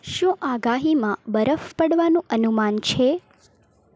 શું આગાહીમાં બરફ પડવાનું અનુમાન છે